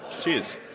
Cheers